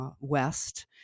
west